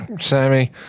Sammy